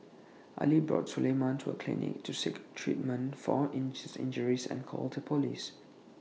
Ali brought Suleiman to A clinic to seek treatment for his injuries and called the Police